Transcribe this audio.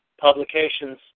publications